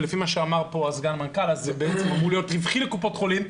ולפי מה שאמר פה סגן מנכ"ל מד"א זה אמור להיות רווחי לקופות החולים,